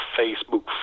Facebook